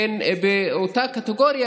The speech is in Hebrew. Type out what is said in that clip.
הן באותה קטגוריה,